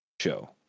show